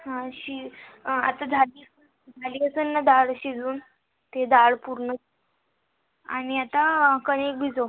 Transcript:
हां शि आता झालं झाली असेल नं डाळ शिजून ते डाळ पुरण आणि आता कणिक भिजव